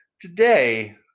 today